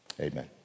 Amen